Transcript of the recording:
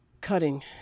cutting